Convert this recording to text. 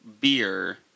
beer